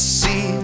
see